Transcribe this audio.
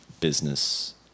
business